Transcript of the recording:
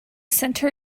center